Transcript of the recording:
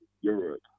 Europe